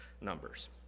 Numbers